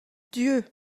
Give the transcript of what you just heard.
dieu